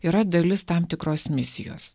yra dalis tam tikros misijos